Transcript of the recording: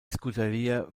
scuderia